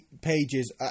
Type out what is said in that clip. pages